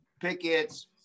pickets